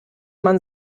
man